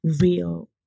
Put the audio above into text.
real